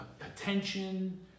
attention